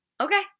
Okay